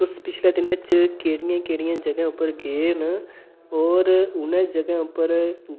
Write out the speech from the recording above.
तुस पिछले दिनें केह्ड़ियें केह्ड़ियें जगहें गे और उ'नें जगहें पर